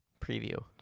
Preview